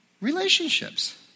relationships